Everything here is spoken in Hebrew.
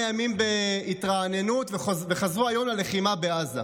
ימים בהתרעננות וחזרו היום ללחימה בעזה,